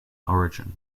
origin